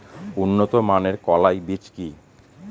উন্নত মানের কলাই বীজ কি?